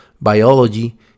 biology